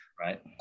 right